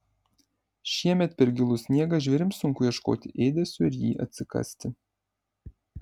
šiemet per gilų sniegą žvėrims sunku ieškoti ėdesio ir jį atsikasti